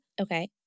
Okay